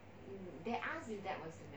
that was